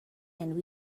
and